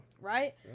Right